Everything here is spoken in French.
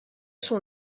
sont